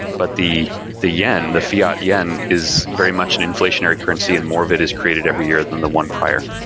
but the the yen, the fiat yen, is very much an inflationary currency and more of it is created every year than the one prior.